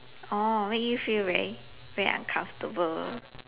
oh make you feel very very uncomfortable